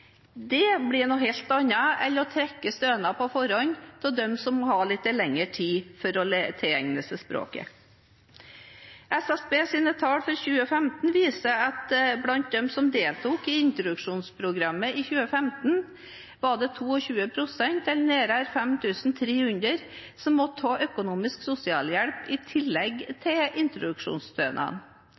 blir noe helt annet enn å trekke stønad på forhånd fra dem som må ha litt lengre tid for å tilegne seg språket. SSBs tall for 2015 viser at blant dem som deltok i introduksjonsprogrammet i 2015, var det 22 pst., eller nærmere 5 300, som måtte ha økonomisk sosialhjelp i tillegg til introduksjonsstønaden.